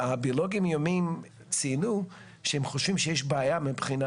הביולוגיים הימיים ציינו שהם חושבים שיש בעיה מבחינה